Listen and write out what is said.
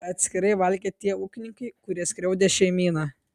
atskirai valgė tie ūkininkai kurie skriaudė šeimyną